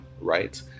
right